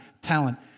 talent